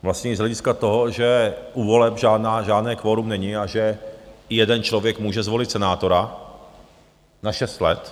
Vlastně i z hlediska toho, že u voleb žádné kvorum není a že i jeden člověk může zvolit senátora na šest let.